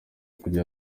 kugira